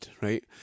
right